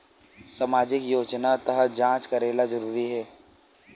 सामजिक योजना तहत जांच करेला जरूरी हे